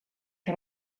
que